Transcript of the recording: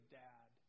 dad